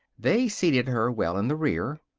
they seated her well in the rear.